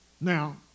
Now